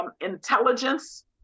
intelligence